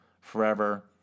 forever